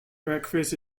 breakfast